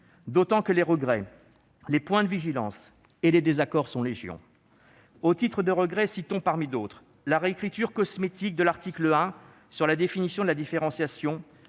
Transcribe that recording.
d'autant que les regrets, les points de vigilance et les désaccords sont légion. Au titre des regrets, citons parmi d'autres : à l'article 1, la réécriture cosmétique de la définition de la différenciation